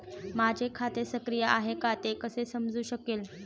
माझे खाते सक्रिय आहे का ते कसे समजू शकेल?